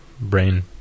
Brain